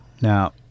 Now